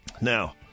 Now